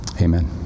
Amen